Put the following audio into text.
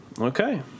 Okay